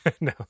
No